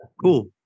Cool